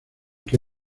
que